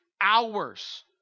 hours